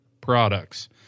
products